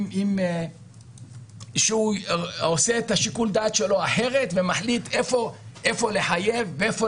מי עושה את שיקול הדעת שלו אחרת ומחליט איפה לחייב ואיפה